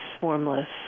formless